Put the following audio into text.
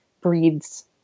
breeds